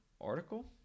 article